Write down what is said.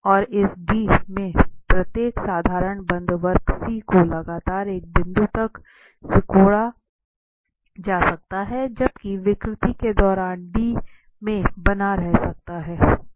और इस D में प्रत्येक साधारण बंद वक्र C को लगातार एक बिंदु तक सिकोड़ा जा सकता है जबकि विकृति के दौरान D में बना रह सकता है